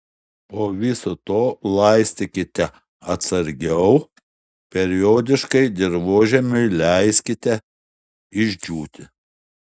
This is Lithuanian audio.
po viso to laistykite atsargiau periodiškai dirvožemiui leiskite išdžiūti